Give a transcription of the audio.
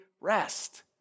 rest